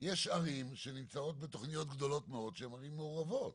יש ערים שנמצאות בתכניות גדולות מאוד שהן ערים מעורבות.